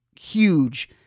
huge